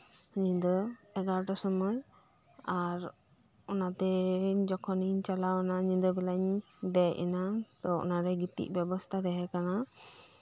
ᱧᱤᱫᱟᱹ ᱮᱜᱟᱨᱚᱴᱟ ᱥᱚᱢᱚᱭ ᱟᱨ ᱚᱱᱟᱛᱮ ᱡᱚᱠᱷᱚᱱᱤᱧ ᱪᱟᱞᱟᱣᱱᱟ ᱧᱤᱫᱟᱹ ᱵᱮᱲᱟᱧ ᱫᱮᱡ ᱮᱱᱟ ᱛᱚ ᱚᱱᱟᱨᱮ ᱜᱤᱛᱤᱡ ᱵᱮᱵᱚᱥᱛᱷᱟ ᱛᱟᱸᱦᱮ ᱠᱟᱱᱟ